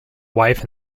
wife